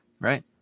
Right